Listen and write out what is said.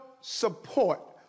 support